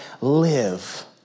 live